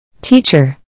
Teacher